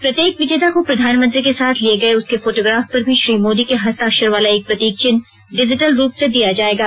प्रत्येक विजेता को प्रधानमंत्री के साथ लिए गए उसके फोटोग्राफ पर भी श्री मोदी के हस्ताक्षर वाला एक प्रतीक चिन्ह डिजिटल रूप से दिया जाएगा